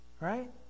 Right